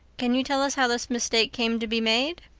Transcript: can you tell us how this mistake came to be made?